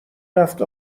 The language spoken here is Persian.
رفت